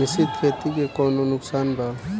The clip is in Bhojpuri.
मिश्रित खेती से कौनो नुकसान बा?